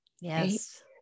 Yes